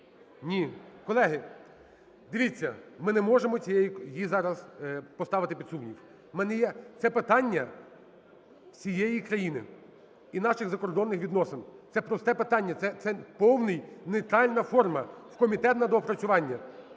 Ні. Колеги, дивіться, ми не можемо її зараз поставити під сумнів. Це питання всієї країни і наших закордонних відносин. Це просте питання. Це повний, нейтральна форма – в комітет на доопрацювання.